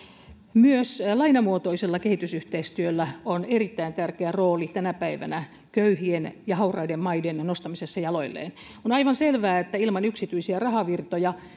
myös lainamuotoisella kehitysyhteistyöllä on erittäin tärkeä rooli tänä päivänä köyhien ja hauraiden maiden nostamisessa jaloilleen on aivan selvää että ilman yksityisiä rahavirtoja